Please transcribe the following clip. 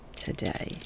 today